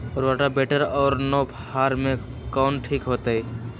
Rotavator और नौ फ़ार में कौन ठीक होतै?